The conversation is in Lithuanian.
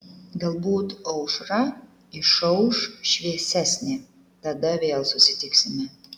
galbūt aušra išauš šviesesnė tada vėl susitiksime